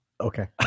Okay